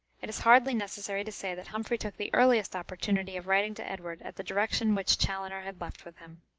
it is hardly necessary to say that humphrey took the earliest opportunity of writing to edward at the direction which chaloner had left with him.